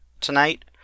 tonight